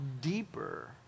deeper